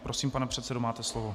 Prosím, pane předsedo, máte slovo.